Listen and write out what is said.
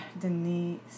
Denise